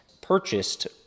purchased